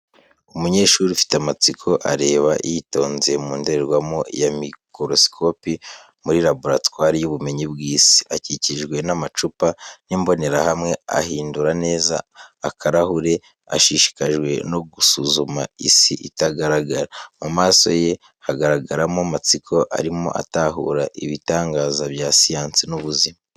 Umunyeshuri ufite amatsiko, areba yitonze mu ndorerwamo ya microscope muri laboratwari y’ubumenyi bw’isi. Akikijwe n’amacupa n’imbonerahamwe, ahindura neza akarahure, ashishikajwe no gusuzuma isi itagaragara. Mu maso ye hagaragaramo amatsiko, arimo atahura ibitangaza bya siyansi n’ubuzima.